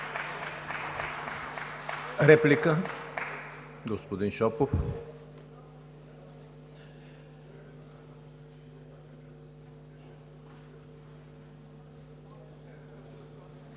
Реплика? Господин Шопов.